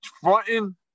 fronting